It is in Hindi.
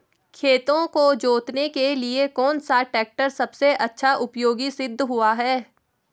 खेतों को जोतने के लिए कौन सा टैक्टर सबसे अच्छा उपयोगी सिद्ध हुआ है?